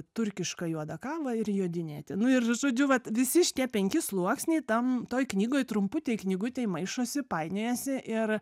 turkišką juodą kavą ir jodinėti nu ir žodžiu vat visi šitie penki sluoksniai tam toj knygoj truputėj knygutėj maišosi painiojasi ir